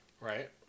Right